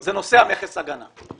זה נושא מכס ההגנה.